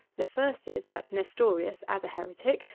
the first is that nestorius, as a heretic,